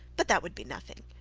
but that would be nothing.